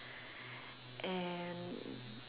and